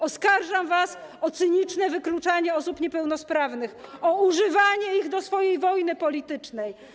Oskarżam was o cyniczne wykluczanie osób niepełnosprawnych, o używanie ich do swojej wojny politycznej.